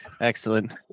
Excellent